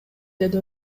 деди